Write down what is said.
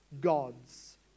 gods